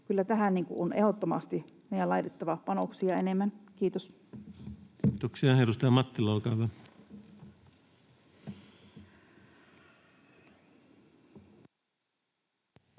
Kyllä tähän on ehdottomasti meidän laitettava panoksia enemmän. — Kiitos. Kiitoksia. — Edustaja Mattila, olkaa hyvä.